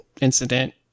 incident